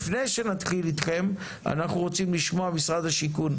לפני שנתחיל אתכם אנחנו רוצים לשמוע ממשרד השיכון,